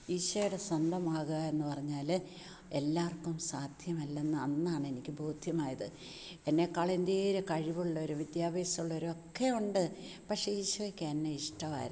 ഈശോയുടെ സ്വന്തമാകു എന്നു പറഞ്ഞാൽ എല്ലാവർക്കും സാധ്യമല്ലെന്ന് അന്നാണ് എനിക്ക് ബോധ്യമായത് എന്നെക്കാളും എന്തേര് കഴിവുള്ളവർ വിദ്യഭ്യാസമുള്ളവർ ഒക്കെയുണ്ട് പക്ഷേ ഈശോയ്ക്ക് എന്നെ ഇഷ്ടമായിരുന്നു